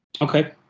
Okay